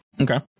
Okay